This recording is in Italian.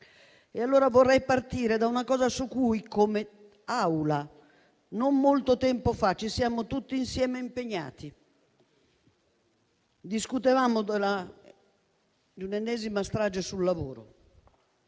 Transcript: Vorrei partire da un tema su cui, come Assemblea, non molto tempo fa ci siamo tutti insieme impegnati. Discutevamo dell'ennesima strage sul lavoro